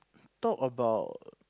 talk about